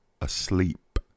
asleep